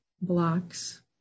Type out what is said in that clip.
blocks